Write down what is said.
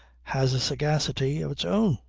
has a sagacity of its own.